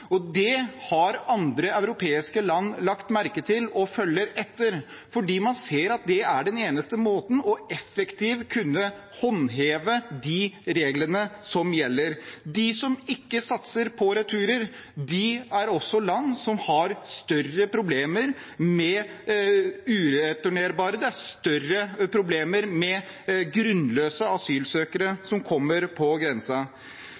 og det har andre europeiske land lagt merke til og følger etter, fordi man ser at det er den eneste måten effektivt å kunne håndheve de reglene som gjelder, på. De som ikke satser på returer, er land som også har større problemer med ureturnerbare. De har større problemer med grunnløse